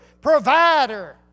provider